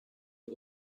wir